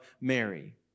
Mary